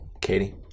katie